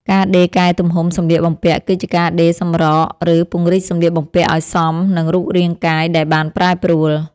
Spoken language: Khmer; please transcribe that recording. ការដេរកែទំហំសម្លៀកបំពាក់ គឺជាការដេរសម្រក ឬពង្រីកសម្លៀកបំពាក់ឱ្យសមនឹងរូបរាងកាយដែលបានប្រែប្រួល។